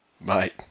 mate